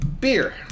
beer